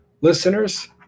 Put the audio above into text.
Listeners